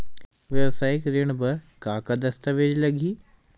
वेवसायिक ऋण बर का का दस्तावेज लगही?